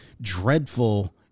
dreadful